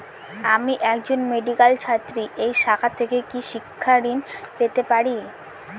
আমি একজন মেডিক্যাল ছাত্রী এই শাখা থেকে কি শিক্ষাঋণ পেতে পারি?